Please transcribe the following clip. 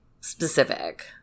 specific